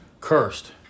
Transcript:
cursed